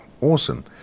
awesome